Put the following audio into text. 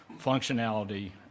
functionality